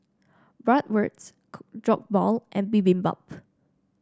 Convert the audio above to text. Bratwurst Jokbal and Bibimbap